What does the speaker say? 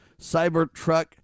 Cybertruck